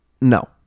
No